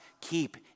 keep